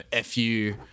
FU